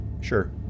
Sure